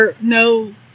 no